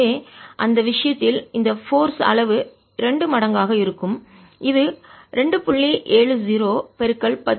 எனவே அந்த விஷயத்தில் இந்த போர்ஸ் அளவு எண்ணிக்கை 2 மடங்காக இருக்கும் இது 2